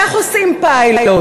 איך עושים פיילוט?